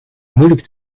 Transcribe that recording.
moeilijk